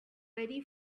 very